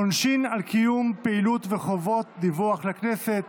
עונשין על קיום פעילות וחובות דיווח לכנסת),